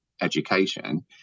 education